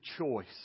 choice